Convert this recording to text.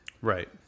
Right